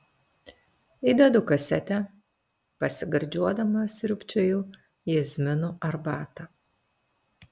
įdedu kasetę pasigardžiuodama sriubčioju jazminų arbatą